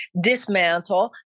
dismantle